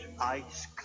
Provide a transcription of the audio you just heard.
ice